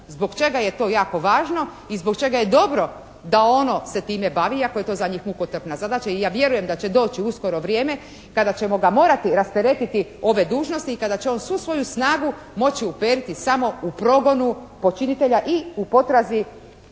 Zbog čega je to jako važno i zbog čega je dobro da ono se time bavi iako je to za njih mukotrpna zadaća i ja vjerujem da će doći uskoro vrijeme kada ćemo ga morati rasteretiti ove dužnosti i kada će on svu svoju snagu moći uperiti samo u progonu počinitelja i u potrazi za